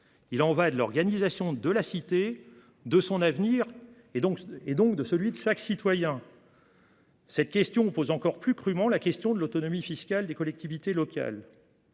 Il y va de l’organisation de la cité, de son avenir, donc de celui de chaque citoyen. Cette question pose encore plus crûment la question de l’autonomie fiscale des collectivités locales.